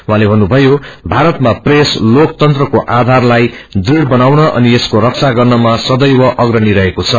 उहाँले भन्नुभयो भारतमा प्रेस लोकतन्त्रको आधारलाई दृढ़ बनाउन अनि यसको रख्ना गर्नमा सदैव अग्रणी रहेको छ